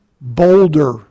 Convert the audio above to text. boulder